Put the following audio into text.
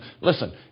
listen